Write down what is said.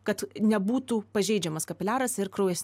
kad nebūtų pažeidžiamas kapiliaras ir kraujas